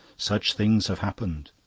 such things have happened,